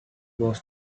was